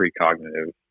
precognitive